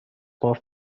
باف